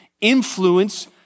influence